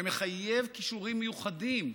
ומחייב כישורים מיוחדים,